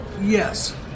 Yes